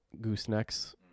goosenecks